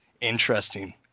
interesting